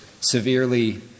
severely